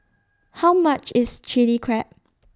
How much IS Chilli Crab